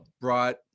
brought